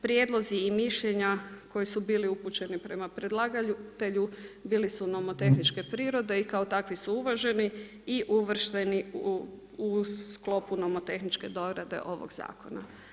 Prijedlozi i mišljenja koje su bili upućeni prema predlagatelju bili su nomotehničke prirode i kao takvi su uvaženi i uvršteni u sklopu nomotehničke dorade ovog zakona.